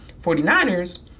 49ers